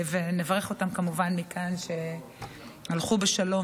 ומכאן נברך אותם,